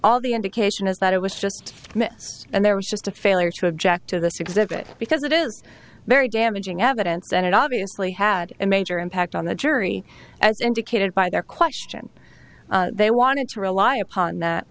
all the indication is that it was just a mess and there was just a failure to object to this exhibit because it is very damaging evidence and it obviously had a major impact on the jury as indicated by their question they wanted to rely upon that